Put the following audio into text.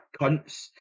cunts